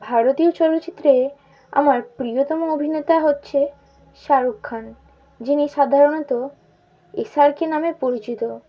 ভারতীয় চলচ্চিত্রে আমার প্রিয়তম অভিনেতা হচ্ছে শাহরুখ খান যিনি সাধারণত এস আর কে নামে পরিচিত